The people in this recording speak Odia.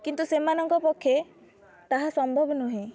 କିନ୍ତୁ ସେମାନଙ୍କ ପକ୍ଷେ ତାହା ସମ୍ଭବ ନୁହେଁ